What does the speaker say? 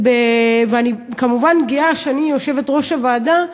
אני כמובן גאה שאני יושבת-ראש הוועדה,